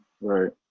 Right